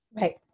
Right